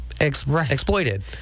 exploited